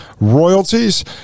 royalties